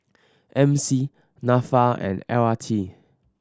M C Nafa and L R T